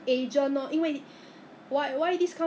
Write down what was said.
不懂 leh 我从来我跟你讲 I'm not the online